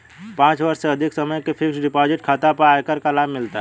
पाँच वर्ष से अधिक समय के फ़िक्स्ड डिपॉज़िट खाता पर आयकर का लाभ मिलता है